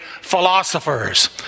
philosophers